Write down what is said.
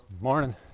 Morning